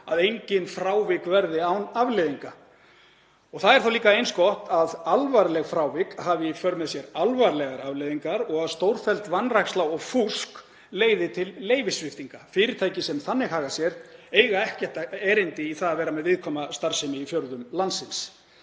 að engin frávik verði án afleiðinga. Það er þá líka eins gott að alvarleg frávik hafi í för með sér alvarlegar afleiðingar og að stórfelld vanræksla og fúsk leiði til leyfissviptinga. Fyrirtæki sem þannig haga sér eiga ekkert erindi í það að vera með viðkvæma starfsemi í fjörðum landsins.